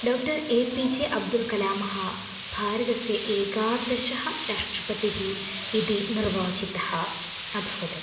doctor A P J अब्दुलकलामः भारतस्य एकादशः राष्ट्रपतिः इतिः निर्वाचितः अभवत्